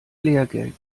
lehrgeld